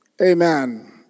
Amen